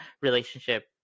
relationship